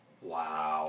Wow